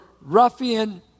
ruffian